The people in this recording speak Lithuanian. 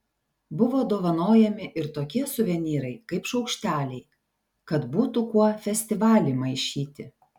buvo dovanojami ir tokie suvenyrai kaip šaukšteliai kad būtų kuo festivalį maišyti